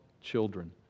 children